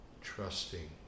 trusting